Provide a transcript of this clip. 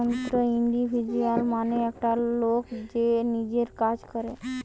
স্বতন্ত্র ইন্ডিভিজুয়াল মানে একটা লোক যে নিজের কাজ করে